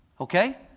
Okay